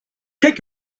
take